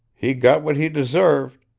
he got what he deserved.